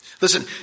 Listen